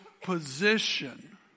position